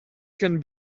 can